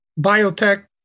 biotech